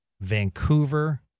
Vancouver